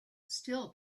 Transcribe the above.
still